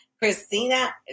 Christina